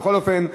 בכל אופן,